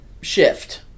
shift